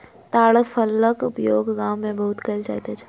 ताड़ फलक उपयोग गाम में बहुत कयल जाइत छल